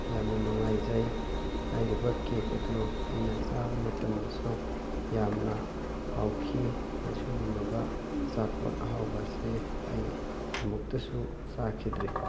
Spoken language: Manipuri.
ꯌꯥꯝꯅ ꯅꯨꯡꯉꯥꯏꯖꯩ ꯍꯥꯏꯔꯤꯕ ꯀꯦꯛ ꯑꯗꯨ ꯑꯩꯅ ꯆꯥꯕ ꯃꯇꯝꯗꯁꯨ ꯌꯥꯝꯅ ꯍꯥꯎꯈꯤ ꯑꯁꯤꯒꯨꯝꯃꯕ ꯑꯆꯥꯄꯣꯠ ꯑꯍꯥꯎꯕ ꯑꯁꯤ ꯑꯩ ꯑꯃꯨꯛꯇꯁꯨ ꯆꯥꯈꯤꯗ꯭ꯔꯤ